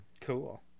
Cool